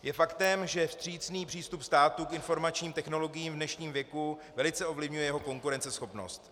Je faktem, že vstřícný přístup státu k informačním technologiím v dnešním věku velice ovlivňuje jeho konkurenceschopnost.